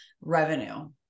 revenue